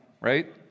right